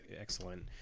excellent